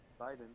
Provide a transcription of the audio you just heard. Biden